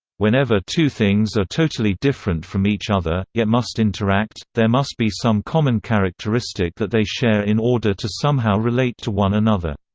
whenever two things are totally different from each other, yet must interact, there must be some common characteristic that they share in order to somehow relate to one another.